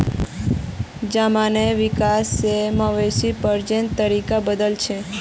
जमानार हिसाब से मवेशी प्रजननेर तरीका बदलछेक